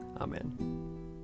Amen